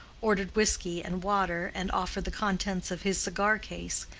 ordered whisky and water, and offered the contents of his cigar-case,